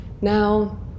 Now